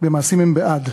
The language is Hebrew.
במעשים הם בעד.